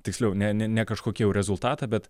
tiksliau ne ne ne kažkokį jau rezultatą bet